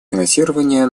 финансирования